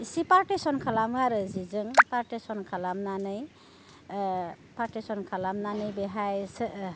एसे पार्टेसन खालामो आरो जेजों पार्टेसन खालामनानै पार्टेसन खालामनानै बेहायसो